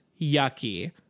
yucky